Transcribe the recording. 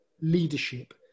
leadership